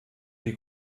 die